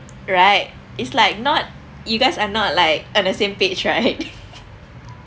right it's like not you guys are not like on the same page right